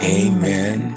amen